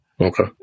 Okay